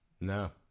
No